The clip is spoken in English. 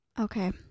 Okay